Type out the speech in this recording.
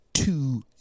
two